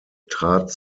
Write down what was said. trat